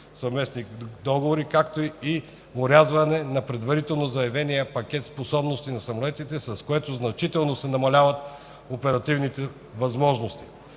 съвместни договори, както и за орязване на предварително заявения пакет способности на самолетите, с което значително се намаляват оперативните им възможности.